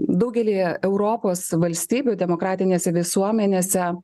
daugelyje europos valstybių demokratinėse visuomenėse